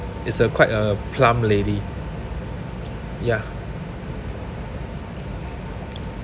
it's uh quite a plump lady ya